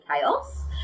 chaos